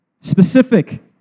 Specific